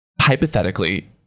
hypothetically